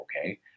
okay